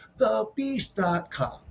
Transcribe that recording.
thebeast.com